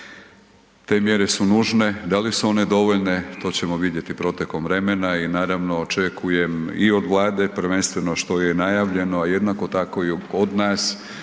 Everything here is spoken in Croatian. Te mjere su nužne. Da li su one dovoljne to ćemo vidjeti protekom vremena i naravno očekujem i od Vlade, prvenstveno što je i najavljeno, jednako tako i od nas,